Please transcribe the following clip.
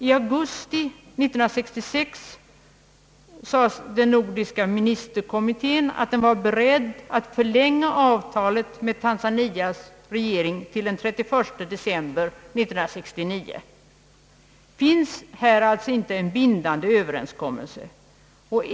I augusti 1966 uttalade den nordiska ministerkommittén att den var beredd att förlänga avtalet med Tanzanias regering till den 1 september 1969. Föreligger det alltså inte i detta fall en binddande överenskommelse?